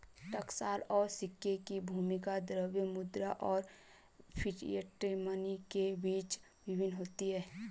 टकसाल और सिक्के की भूमिका द्रव्य मुद्रा और फिएट मनी के बीच भिन्न होती है